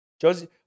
Josie